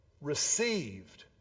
received